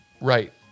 right